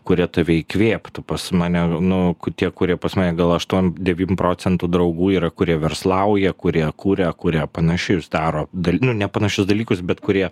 kurie tave įkvėptų pas mane nu tie kurie pas mane gal aštuom devym procentų draugų yra kurie verslauja kurie kuria kurie panašius daro dal nu nepanašius dalykus bet kurie